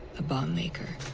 a bomb-maker.